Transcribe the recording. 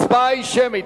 ההצבעה היא שמית.